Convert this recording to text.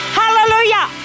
hallelujah